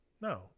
No